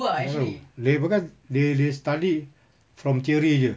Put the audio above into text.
they don't know dia bukan they they study from theory jer